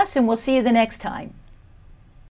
us and we'll see the next time